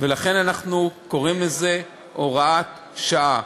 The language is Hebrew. ולכן אנחנו קוראים לזה הוראת שעה.